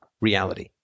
reality